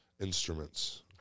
instruments